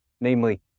Namely